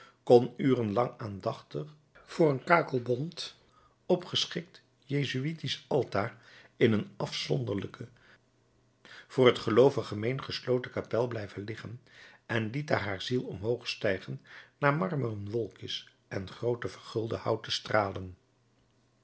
kon uren lang aandachtig voor een kakelbont opgeschikt jezuïetisch altaar in een afzonderlijke voor t geloovig gemeen gesloten kapel blijven liggen en liet daar haar ziel omhoog stijgen naar marmeren wolkjes en groote vergulde houten stralen